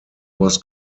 was